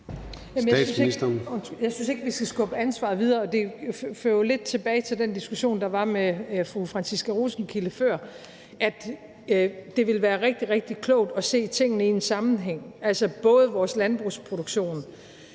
Jeg synes ikke, vi skal skubbe ansvaret videre, og det fører jo lidt tilbage til den diskussion, der var med fru Franciska Rosenkilde før, nemlig at det ville være rigtig, rigtig klogt at se tingene i en sammenhæng, altså både vores landbrugsproduktion